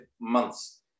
months